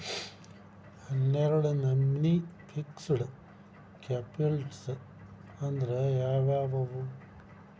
ಹನ್ನೆರ್ಡ್ ನಮ್ನಿ fixed capital ಅಂದ್ರ ಯಾವವ್ಯಾವು?